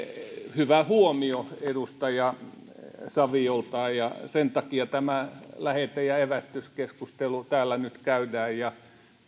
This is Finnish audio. hyvä huomio edustaja saviolta ja sen takia tämä lähete ja evästyskeskustelu täällä nyt käydään ja